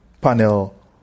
panel